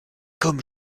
comme